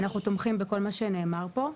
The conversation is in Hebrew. אנחנו תומכים בכל מה שנאמר פה.